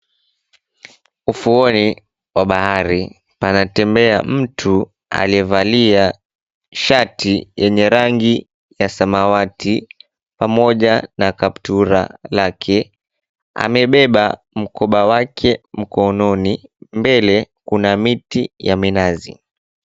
Ufuoni wa bahari panatembea mtu aliyevalia shati yenye rangi ya samawati pamoja na kaptula lake. Amebeba mkoba wake mkononi. Mbele, kuna miti ya minazi.